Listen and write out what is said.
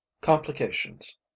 Complications